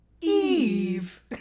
Eve